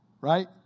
right